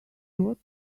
what